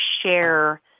share